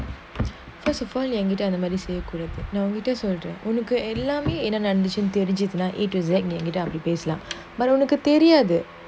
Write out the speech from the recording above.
first of all என்கிட்டஅந்தமாதிரிசெய்யகூடாதுநான்உங்கிட்டசொல்றேன்உனக்குஎல்லாமேஎன்னநடந்துச்சுனுதெரிஞ்சுனாஅந்தமாதிரிபேசலாம்:enkita andha madhiri seyya koodathu nan unkita solren unaku ellame enna nadanthuchunu therinjuna andha madhiri pesalam but உனக்குதெரியாது:unaku theriathu